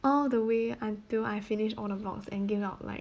all the way until I finished all the blocks and gave out like